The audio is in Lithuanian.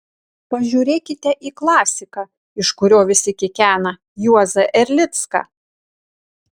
pažiūrėkite į klasiką iš kurio visi kikena juozą erlicką